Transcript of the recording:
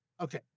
Okay